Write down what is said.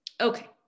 Okay